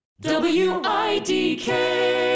W-I-D-K